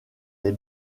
les